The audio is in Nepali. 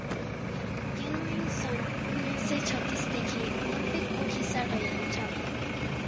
क्यानोइङ सन् उन्नाइस सय छत्तिसदेखि ओलम्पिकको हिस्सा रहेको छ